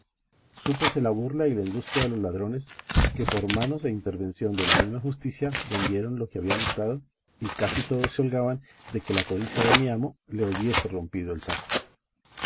caballo súpose la burla y la industria de los ladrones que por manos e intervención de la misma justicia vendieron lo que habían hurtado y casi todos se holgaban de que la codicia de mi amo le hubiese rompido el saco